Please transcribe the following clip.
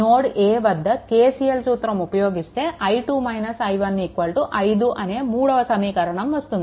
node A వద్ద KCL సూత్రం ఉపయోగిస్తే i2 i1 5 అనే 3 వ సమీకరణం వస్తుంది